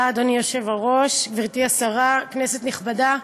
אדוני היושב-ראש, תודה, גברתי השרה, כנסת נכבדה,